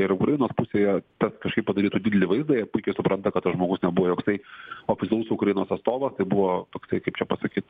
yra ukrainos pusėje kažkaip padarytų didelį vaizdą jie puikiai supranta kad tas žmogus nebuvo joksai oficialus ukrainos atstovas tai buvo toksai kaip čia pasakyt